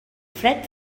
fred